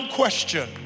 question